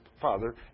father